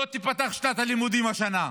לא תיפתח שנת הלימודים השנה.